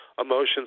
emotions